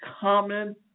common